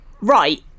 right